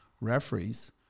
referees